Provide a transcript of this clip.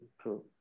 True